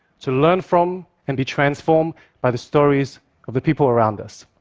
to learn from and be transformed by the stories of the people around us.